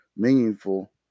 meaningful